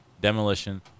demolition